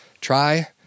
try